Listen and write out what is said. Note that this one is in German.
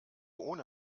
ohne